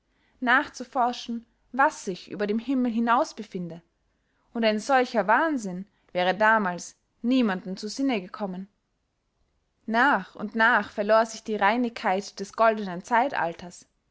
nachzuforschen was sich über dem himmel hinausbefinde o ein solcher wahnsinn wäre damals niemanden zu sinne gekommen nach und nach verlohr sich die reinigkeit des goldenen zeitalters